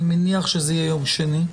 אני מניח שזה יהיה ביום שני.